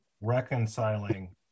reconciling